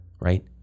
right